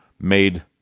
made